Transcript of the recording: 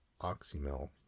Oxymel